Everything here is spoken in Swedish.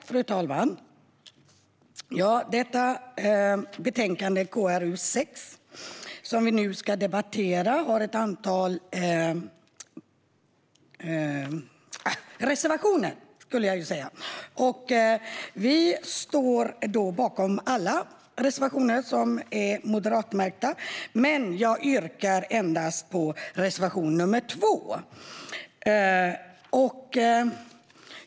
Fru talman! Till betänkande KrU6, som vi nu debatterar, finns ett antal reservationer. Vi står bakom alla reservationer som är moderatmärkta, men jag yrkar bifall endast till reservation nr 2.